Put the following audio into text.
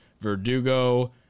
Verdugo